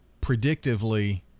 predictively